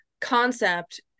concept